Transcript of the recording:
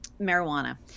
marijuana